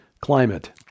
climate